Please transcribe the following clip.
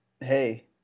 hey